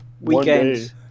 weekend